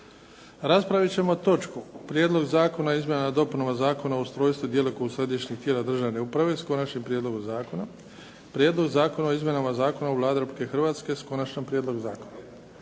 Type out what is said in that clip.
Raspraviti ćemo točku Prijedlog zakona o izmjenama i dopunama Zakona o ustrojstvu i djelokrugu središnjih tijela državne uprave sa Konačnim prijedlogom zakona, Prijedlog zakona o izmjenama Zakona o Vladi Republike Hrvatske sa Konačnim prijedlogom zakona.